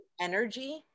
energy